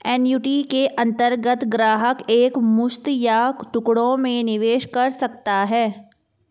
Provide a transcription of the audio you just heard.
annuity के अंतर्गत ग्राहक एक मुश्त या टुकड़ों में निवेश कर सकता है